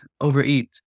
overeat